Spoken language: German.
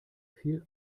fiel